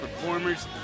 performers